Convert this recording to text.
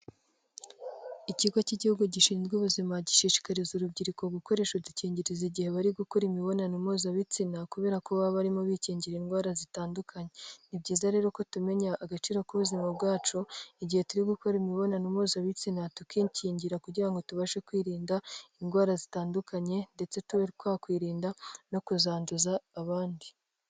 Ikigo cy'igihugu gishinzwe ubuzima gishishikariza urubyiruko gukoresha udukingirizo, igihe bari gukora imibonano mpuzabitsina kubera ko baba barimo bikingira indwara zitandukanye, ni byiza rero ko tumenya agaciro k'ubuzima bwacu, igihe turi gukora imibonano mpuzabitsina tukikingira kugira ngo tubashe kwirinda indwara zitandukanye ndetse tube twakwirinda no kuzanduza abandi.